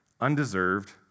undeserved